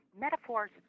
metaphors